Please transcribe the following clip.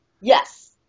Yes